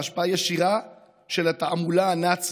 בהשפעה ישירה של התעמולה הנאצית.